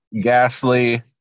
ghastly